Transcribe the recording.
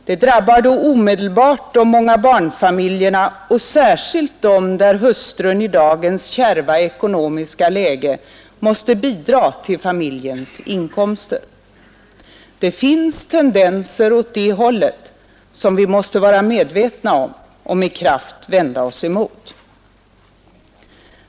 Det drabbar då omedelbart de många barnfamiljerna och särskilt dem där hustrun i dagens kärva ekonomiska läge måste bidra till familjens inkomster. Det finns tendenser åt det hållet som vi måste vara medvetna om och med kraft vända oss emot.